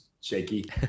shaky